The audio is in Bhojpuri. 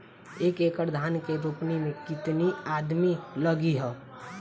एक एकड़ धान के रोपनी मै कितनी आदमी लगीह?